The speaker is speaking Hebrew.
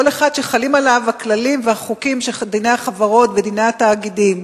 כל אחד שחלים עליו הכללים והחוקים של דיני החברות ודיני התאגידים.